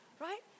right